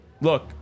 look